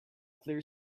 clear